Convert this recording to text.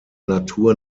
natur